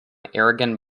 aragon